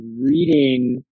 reading